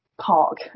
park